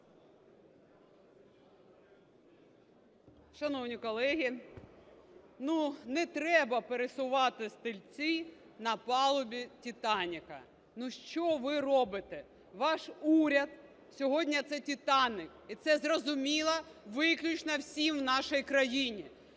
Шановні колеги, не треба пересувати стільці на палубі "Титаніку". Ну що ви робите? Ваш уряд сьогодні – це "Титанік", і це зрозуміло виключно всім в нашій країні.